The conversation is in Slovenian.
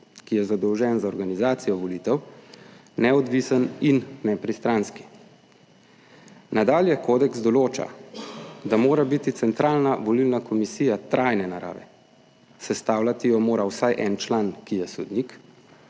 ki je zadolžen za organizacijo volitev, neodvisen in nepristranski. Nadalje kodeks določa, da mora biti centralna volilna komisija trajne narave. Sestavljati jo mora vsaj en član, ki je sodnik